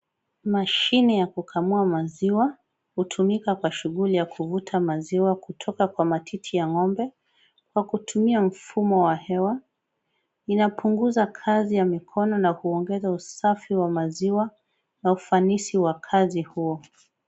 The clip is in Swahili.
Mashine ya kukamua maziwa hutumika kwa shughuli ya kuvuta maziwa kutoka kwa matiti ya ng'ombe kwa kutumia mfumo wa hewa, inapunguza kazi ya mikono na kuongeza usafi wa maziwa na ufanisi wa kazi huo.